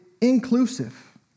inclusive